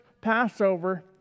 Passover